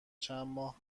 چندماه